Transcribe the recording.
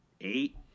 eight